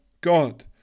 God